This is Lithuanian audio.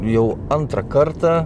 jau antrą kartą